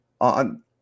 on